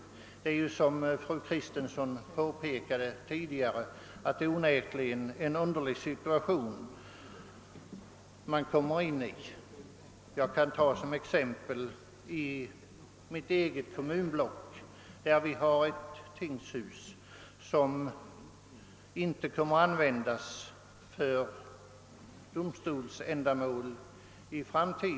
Det är, som fru Kristensson tidigare påpekade, onekligen en underlig situation som då uppstår. Jag kan anföra ett exempel från mitt eget kommunblock. Där har vi ett tingshus som i framtiden inte kommer att användas för domstolsändamål.